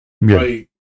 right